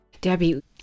Debbie